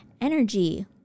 energy